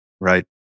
right